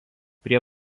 prie